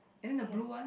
can